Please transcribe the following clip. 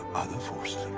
other forces